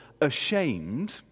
ashamed